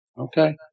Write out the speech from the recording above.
Okay